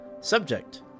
Subject